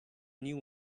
new